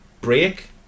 break